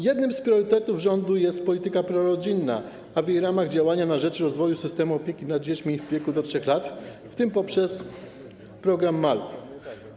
Jednym z priorytetów rządu jest polityka prorodzinna, a w jej ramach - działania na rzecz rozwoju systemu opieki nad dziećmi w wieku do 3 lat, w tym poprzez program „Maluch+”